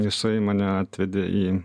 jisai mane atvedė į